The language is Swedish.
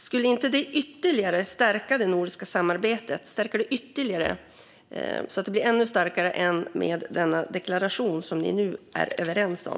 Skulle inte det ytterligare stärka det nordiska samarbetet, så att det blir ännu starkare än med denna deklaration som ni nu är överens om?